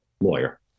lawyer